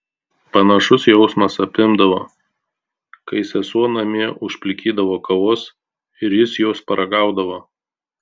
panašus jausmas apimdavo kai sesuo namie užplikydavo kavos ir jis jos paragaudavo